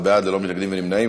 11 בעד, אין מתנגדים, אין נמנעים.